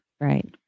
Right